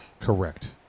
Correct